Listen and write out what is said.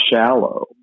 shallow